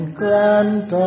grant